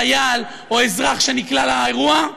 חייל או אזרח שנקלע לאירוע,